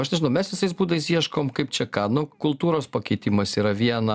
aš nežinau mes visais būdais ieškom kaip čia ką nu kultūros pakeitimas yra viena